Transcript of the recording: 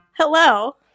Hello